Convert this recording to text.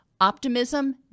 optimism